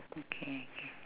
okay